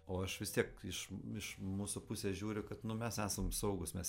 o aš vis tiek iš iš mūsų pusės žiūriu kad nu mes esam saugūs mes